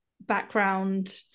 background